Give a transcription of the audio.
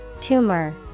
Tumor